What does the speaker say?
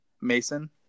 Mason